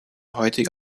heutige